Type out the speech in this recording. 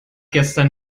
gestern